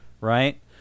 right